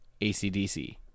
ACDC